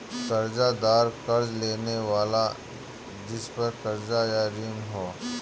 कर्ज़दार कर्ज़ लेने वाला जिसपर कर्ज़ या ऋण हो